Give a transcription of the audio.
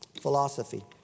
philosophy